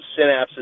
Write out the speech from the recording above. synapses